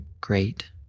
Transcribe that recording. great